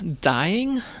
dying